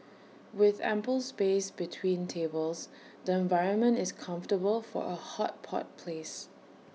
with ample space between tables the environment is comfortable for A hot pot place